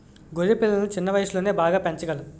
గొర్రె పిల్లలను చిన్న వయసులోనే బాగా పెంచగలం